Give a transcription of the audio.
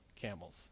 camels